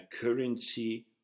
Currency